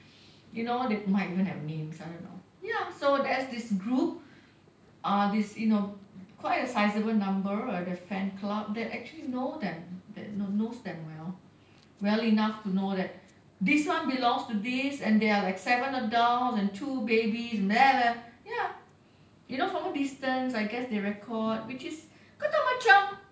you know they might even have names I don't know ya so there's this group uh this you know quite a sizable number of their fan club that actually know them that knows them well well enough to know that this one belongs to this and there are like seven adults and two babies meh ya you know from a distance I guess they record which is kau tahu macam